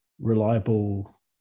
reliable